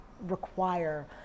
require